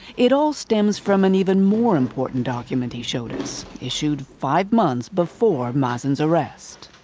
it all stems from an even more important document, he showed us, issued five months before mazen's arrest.